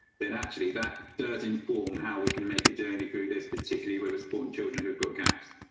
then actually that does inform how we can make a journey through this particular with supporting children have gaps.